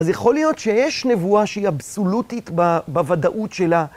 אז יכול להיות שיש נבואה שהיא אבסולוטית בוודאות שלה.